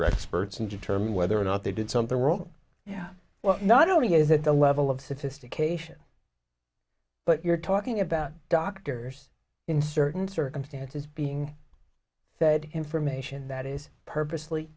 record spurts and determine whether or not they did something wrong yeah well not only is it the level of sophistication but you're talking about doctors in certain circumstances being fed information that is purposely